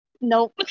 Nope